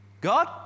God